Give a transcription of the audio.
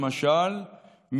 למשל,